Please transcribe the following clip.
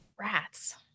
Rats